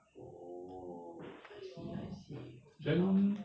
oh I see I see okay lor